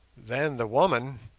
then the woman,